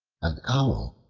an owl,